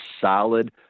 solid